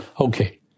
Okay